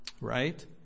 Right